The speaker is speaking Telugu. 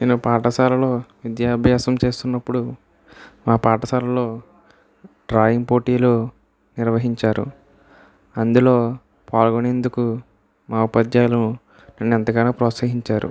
నేను పాఠశాలలో విద్యాభ్యాసం చేస్తున్నప్పుడు మా పాఠశాలలో డ్రాయింగ్ పోటీలు నిర్వహించారు అందులో పాల్గొనేందుకు మా ఉపాధ్యాయులు నన్ను ఎంతగానో ప్రోత్సహించారు